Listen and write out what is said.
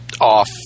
off